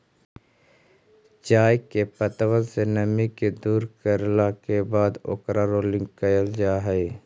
चाय के पत्तबन से नमी के दूर करला के बाद ओकर रोलिंग कयल जा हई